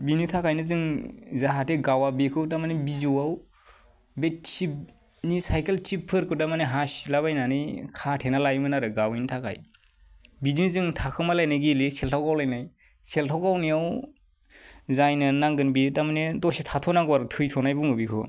बिनि थाखायनो जों जाहाथे गावा बेखौ थारमानि बिजौआव बे टिबनि साइकेल टिबफोरखौ थारमानि हासिलाबायनानै खाथेना लायोमोन आरो गावयिनि थाखाय बिदि जों थाखोमालायनाय गेलेयो सेलथाव गावलायनाय सेलथाव गावनायाव जायनो नांगोन बेयो थारमानि दसे थाथ' नांगौ आरो थैथ'नाय बुङो बेखौ